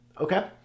Okay